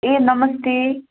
ए नमस्ते